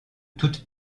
toute